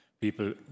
people